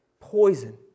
Poison